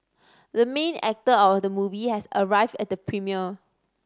the main actor of the movie has arrived at the premiere